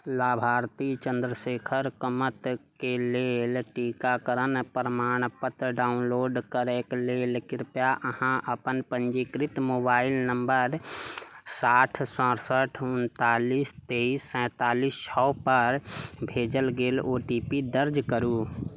लाभार्थी चन्द्रशेखर कमतके लेल टीकाकरण प्रमाणपत्र डाउनलोड करैक लेल कृपया अहाँ अपन पञ्जीकृत मोबाइल नंबर साठि सठसठि उन्तालिस तेइस सैतालीस छओ पर भेजल गेल ओ टी पी दर्ज करू